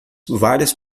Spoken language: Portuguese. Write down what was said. várias